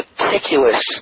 meticulous